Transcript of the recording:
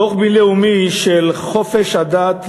דוח בין-לאומי על חופש הדת ל-2012,